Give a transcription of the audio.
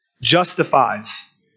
justifies